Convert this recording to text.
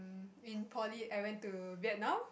in poly I went to Vietnam